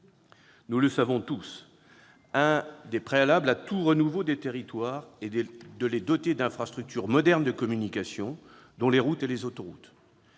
Nous le savons tous, un des préalables à tout renouveau des territoires est de les doter d'infrastructures modernes de communication, dont les routes et les autoroutes.